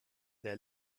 der